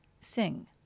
sing